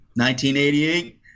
1988